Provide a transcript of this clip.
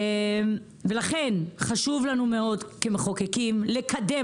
ולכן, חשוב לנו מאוד כמחוקקים לקדם.